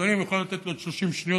אדוני, אם אתה יכול לתת עוד 30 שניות.